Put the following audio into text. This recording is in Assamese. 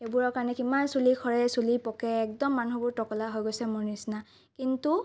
এইবোৰৰ কাৰণে কিমান চুলি সৰে চুলি পকে একদম মানুহবোৰ টকলা হৈ গৈছে মোৰ নিচিনা কিন্তু